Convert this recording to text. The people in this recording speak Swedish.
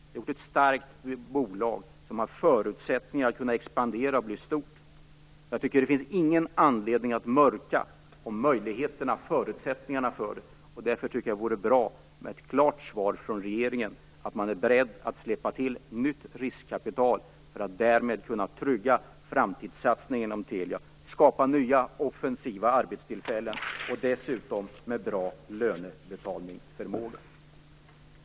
Den har givit ett starkt bolag som har förutsättningar att expandera och bli stort. Jag tycker inte att det finns någon anledning att mörka om möjligheterna och förutsättningarna för detta. Därför tycker jag att det vore bra med ett klart svar från regeringen att man är beredd att släppa till nytt riskkapital för att trygga framtidssatsningen inom Telia och skapa nya, offensiva arbetstillfällen - dessutom med bra lönebetalningsförmåga.